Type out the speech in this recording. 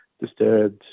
disturbed